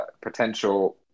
potential